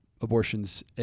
abortions